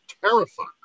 terrified